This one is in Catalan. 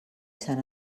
sant